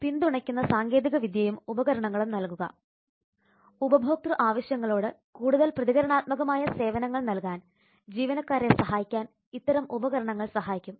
പിന്തുണയ്ക്കുന്ന സാങ്കേതികവിദ്യയും ഉപകരണങ്ങളും നൽകുക ഉപഭോക്തൃ ആവശ്യങ്ങളോട് കൂടുതൽ പ്രതികരണാത്മകമായ സേവനങ്ങൾ നൽകാൻ ജീവനക്കാരെ സഹായിക്കാൻ ഇത്തരം ഉപകരണങ്ങൾ സഹായിക്കും